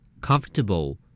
Comfortable